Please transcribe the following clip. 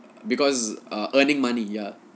because err earning money ya